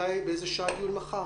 הדיון מחר